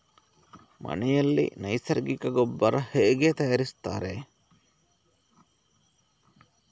ಮನೆಯಲ್ಲಿ ನೈಸರ್ಗಿಕ ಗೊಬ್ಬರ ಹೇಗೆ ತಯಾರಿಸುತ್ತಾರೆ?